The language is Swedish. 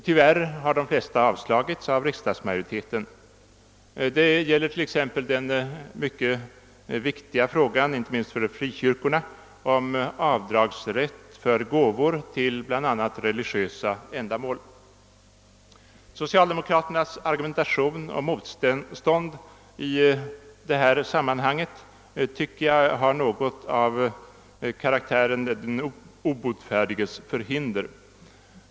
Tyvärr har de flesta avslagits av riksdagsmajoriteten. Det gäller t.ex. den inte minst för frikyrkorna viktiga frågan om avdragsrätt för gåvor till bl.a. religiösa ändamål. Socialdemokraternas argumentation och motstånd i detta sammanhang anser jag ha något av karaktären den obotfärdiges förhinder över sig.